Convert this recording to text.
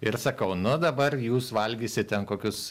ir sakau nu dabar jūs valgysit ten kokius